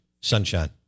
sunshine